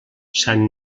sant